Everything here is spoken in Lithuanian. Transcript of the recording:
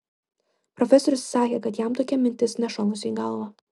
profesorius sakė kad jam tokia mintis nešovusi į galvą